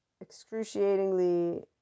excruciatingly